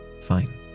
fine